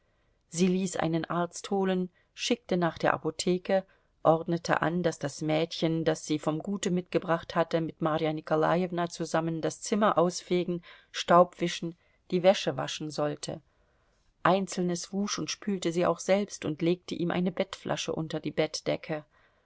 sie ließ einen arzt holen schickte nach der apotheke ordnete an daß das mädchen das sie vom gute mitgebracht hatte mit marja nikolajewna zusammen das zimmer ausfegen staub wischen die wäsche waschen sollte einzelnes wusch und spülte sie auch selbst und legte ihm eine bettflasche unter die bettdecke